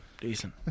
decent